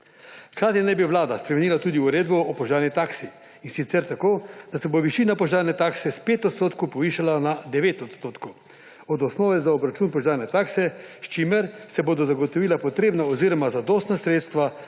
Hkrati naj bi Vlada spremenila tudi Uredbo o požarni taksi, in sicer tako, da se bo višina požarne takse iz 5 % povišala na 9 % od osnove za obračun požarne takse, s čimer se bodo zagotovila potrebna oziroma zadostna sredstva